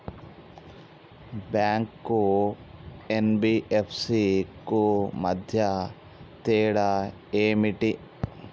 Bank కు NBFC కు మధ్య తేడా ఏమిటి?